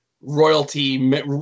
royalty